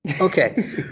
Okay